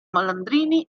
malandrini